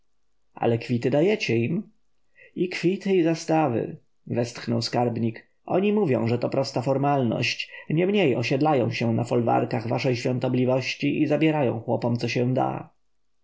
ale kwity dajecie im i kwity i zastawy westchnął skarbnik oni mówią że to prosta formalność niemniej osiedlają się na folwarkach waszej świątobliwości i zabierają chłopom co się da